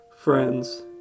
Friends